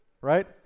right